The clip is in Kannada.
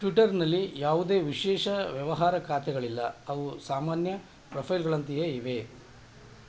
ಟ್ವಿಟರ್ನಲ್ಲಿ ಯಾವುದೇ ವಿಶೇಷ ವ್ಯವಹಾರ ಖಾತೆಗಳಿಲ್ಲ ಅವು ಸಾಮಾನ್ಯ ಪ್ರೊಫೈಲ್ಗಳಂತೆಯೇ ಇವೆ